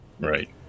right